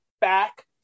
back